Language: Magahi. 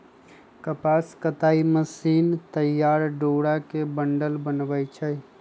कपास कताई मशीन तइयार डोरा के बंडल बनबै छइ